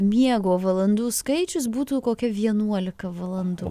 miego valandų skaičius būtų kokia vienuolika valandų